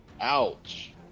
Ouch